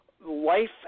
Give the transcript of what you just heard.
life